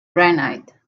granite